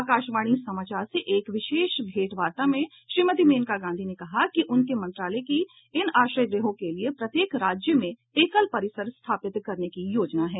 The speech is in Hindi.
आकाशवाणी समाचार से एक विशेष भेंटवार्ता में श्रीमती मेनका गांधी ने कहा कि उनके मंत्रालय की इन आश्रय गृहों के लिए प्रत्येक राज्य में एकल परिसर स्थापित करने की योजना है